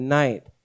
night